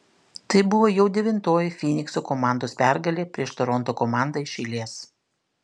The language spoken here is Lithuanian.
tai buvo jau devintoji fynikso komandos pergalė prieš toronto komandą iš eilės